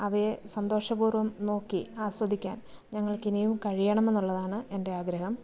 അവയെ സന്തോഷപൂർവ്വം നോക്കി ആസ്വദിക്കാൻ ഞങ്ങൾക്ക് ഇനിയും കഴിയണം എന്നുള്ളതാണ് എൻ്റെ ആഗ്രഹം